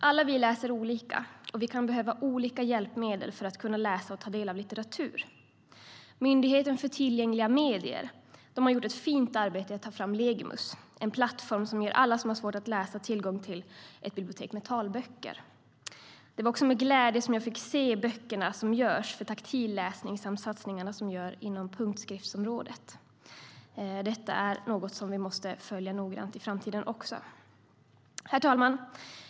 Alla läser olika, och vi kan behöva olika hjälpmedel för att kunna läsa och ta del av litteratur. Myndigheten för tillgängliga medier har gjort ett fint arbete med att ta fram Legimus, som är en plattform som ger alla som har svårt att läsa tillgång till ett bibliotek med talböcker. Det var också med glädje som jag fick se böckerna som görs för taktil läsning samt satsningarna som görs inom punktskriftsområdet. Detta är något som vi måste följa noggrant i framtiden också. Herr talman!